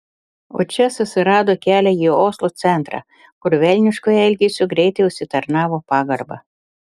o čia susirado kelią į oslo centrą kur velnišku elgesiu greitai užsitarnavo pagarbą